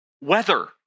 weather